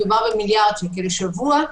מדובר במיליארד שקל לשבוע,